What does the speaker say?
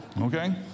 Okay